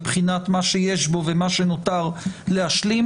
בבחינת מה שיש בו ומה שנותר להשלים,